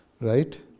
Right